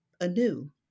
anew